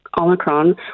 Omicron